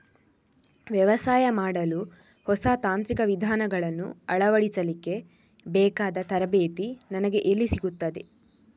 ವ್ಯವಸಾಯ ಮಾಡಲು ಹೊಸ ತಾಂತ್ರಿಕ ವಿಧಾನಗಳನ್ನು ಅಳವಡಿಸಲಿಕ್ಕೆ ಬೇಕಾದ ತರಬೇತಿ ನನಗೆ ಎಲ್ಲಿ ಸಿಗುತ್ತದೆ?